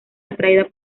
atraída